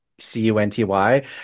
C-U-N-T-Y